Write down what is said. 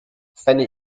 seine